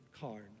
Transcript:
card